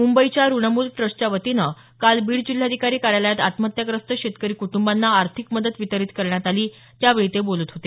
मुंबईच्या ऋणमुल ट्रस्टच्या वतीने काल बीड जिल्हाधिकारी कार्यालयात आत्महत्याग्रस्त शेतकरी कुटबाना आर्थिक मदत वितरित करण्यात आली त्यावेळी ते बोलत होते